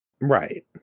right